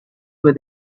with